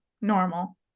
normal